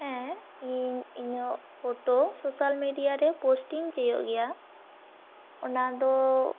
ᱤᱧ ᱤᱧᱟᱹᱜ photo social media ᱨᱮ ᱯᱳᱥᱴ ᱤᱧ ᱪᱟᱹᱭᱚᱜ ᱜᱮᱭᱟ ᱚᱱᱟᱫᱚ